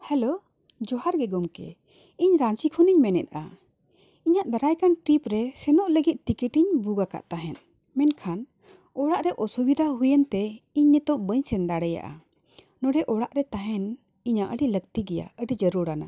hello Johar ᱜᱮ ᱜᱚᱢᱠᱮ ᱤᱧ ᱨᱟᱺᱪᱤ ᱠᱷᱚᱱᱤᱧ ᱢᱮᱱᱮᱫᱼᱟ ᱤᱧᱟᱹᱜ ᱫᱟᱨᱟᱭ ᱠᱟᱱ ᱴᱨᱤᱯ ᱨᱮ ᱥᱮᱱᱚᱜ ᱞᱟᱹᱜᱤᱫ ᱴᱤᱠᱤᱴ ᱤᱧ ᱵᱩᱠ ᱟᱠᱟᱫ ᱛᱟᱦᱮᱸᱫ ᱢᱮᱱᱠᱷᱟᱱ ᱚᱲᱟᱜ ᱨᱮ ᱚᱥᱩᱵᱤᱫᱷᱟ ᱦᱩᱭᱮᱱ ᱛᱮ ᱤᱧ ᱱᱤᱛᱚᱜ ᱵᱟᱹᱧ ᱥᱮᱱ ᱫᱟᱲᱮᱭᱟᱜᱼᱟ ᱱᱚᱰᱮ ᱚᱲᱟᱜ ᱨᱮ ᱛᱟᱦᱮᱱ ᱤᱧᱟᱹᱜ ᱟᱹᱰᱤ ᱞᱟᱹᱠᱛᱤ ᱜᱮᱭᱟ ᱟᱹᱰᱤ ᱡᱟᱹᱨᱩᱲ ᱟᱱᱟ